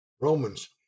Romans